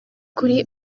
kuri